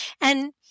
And-